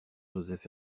joseph